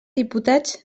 diputats